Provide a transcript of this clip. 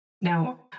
Now